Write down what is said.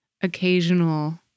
Occasional